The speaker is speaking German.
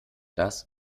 das